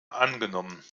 angenommen